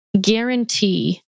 guarantee